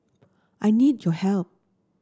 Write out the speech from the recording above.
I need your help